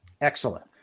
Excellent